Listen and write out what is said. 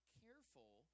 careful